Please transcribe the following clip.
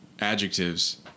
adjectives